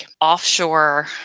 offshore